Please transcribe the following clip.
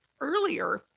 earlier